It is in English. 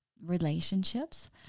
relationships